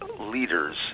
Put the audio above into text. leaders –